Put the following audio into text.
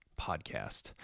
podcast